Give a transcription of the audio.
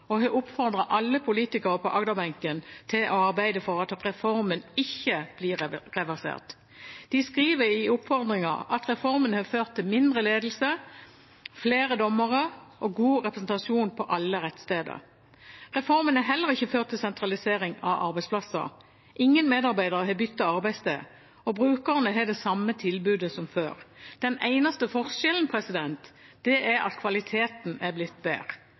og har oppfordret alle politikere på Agderbenken til å arbeide for at reformen ikke blir reversert. De skriver i oppfordringen at reformen har ført til mindre ledelse, flere dommere og god representasjon på alle rettssteder. Reformen har heller ikke ført til sentralisering av arbeidsplasser. Ingen medarbeidere har byttet arbeidssted, og brukerne har det samme tilbudet som før. Den eneste forskjellen er at kvaliteten er blitt bedre,